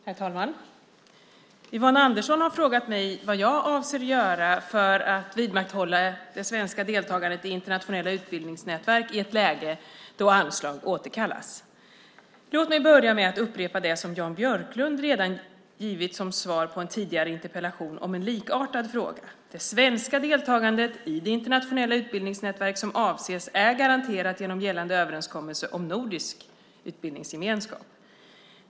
Herr talman! Yvonne Andersson har frågat mig vad jag avser att göra för att vidmakthålla det svenska deltagandet i internationella utbildningsnätverk i ett läge då anslag återkallas. Låt mig börja med att upprepa det som Jan Björklund redan gett som svar på en tidigare interpellation om en likartad fråga. Det svenska deltagandet i det internationella utbildningsnätverk som avses är garanterat genom gällande överenskommelse om nordisk utbildningsgemenskap.